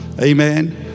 Amen